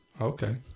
Okay